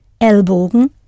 Ellbogen